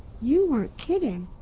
you weren't kidding,